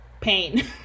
pain